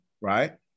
Right